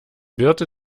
birte